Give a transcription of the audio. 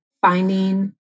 finding